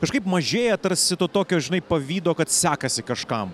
kažkaip mažėja tarsi to tokio žinai pavydo kad sekasi kažkam